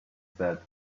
said